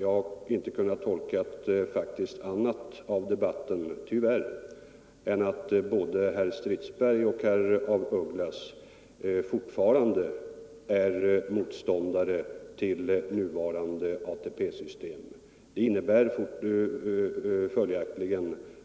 Jag har inte kunnat tolka debatten på annat sätt — tyvärr — än så att både herr Strindberg och herr af Ugglas fortfarande är motståndare till det nuvarande ATP-systemet. Det innebär